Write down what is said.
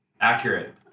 Accurate